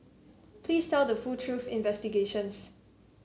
please tell the full truth investigations